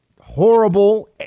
horrible